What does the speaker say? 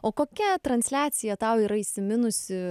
o kokia transliacija tau yra įsiminusi